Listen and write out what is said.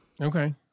Okay